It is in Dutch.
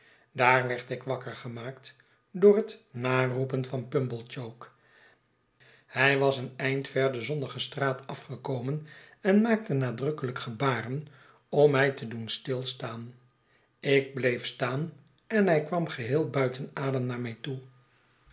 daar werd ik wakker gemaakt door het naroepen van pumblechook hij was een eind ver de zonnige straat afgekomen en maakte nadrukkelijke gebaren om mij te doen stilstaan ik bleef staan en hij kwam geheel buiten adem naar mij toe